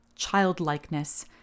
Childlikeness